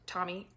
Tommy